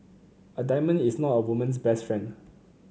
a diamond is not a woman's best friend